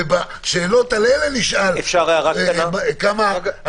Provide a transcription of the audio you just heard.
בשאלות האלה נשאל כמה.